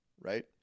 right